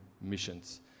missions